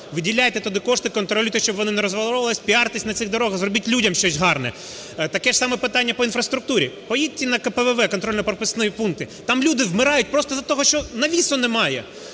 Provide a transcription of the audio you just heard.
виділяйте туди кошти, контролюйте, щоб воно не розворовувалося, піартесь на цих дорогах, зробіть людям щось гарне. Таке ж саме питання по інфраструктурі, поїдьте на КПВВ, контрольно-пропускні пункти, там люди вмирають просто з-за того, що навісу немає.